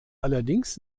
allerdings